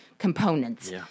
components